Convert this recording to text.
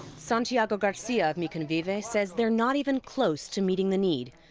santiago garcia of mi convive says they're not even close to meeting the need,